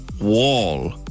wall